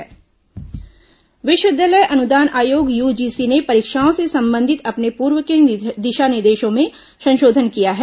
विश्वविद्यालय परीक्षा विश्वविद्यालय अनुदान आयोग यूजीसी ने परीक्षाओं से संबंधित अपने पूर्व के दिशानिर्देशों में संशोधन किया है